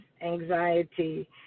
anxiety